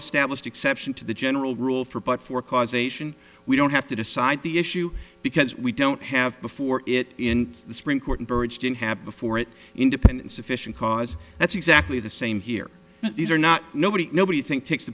established exception to the general rule for but for causation we don't have to decide the issue because we don't have before it in the spring court and courage didn't happen before it independent sufficient cause that's exactly the same here these are not nobody nobody think takes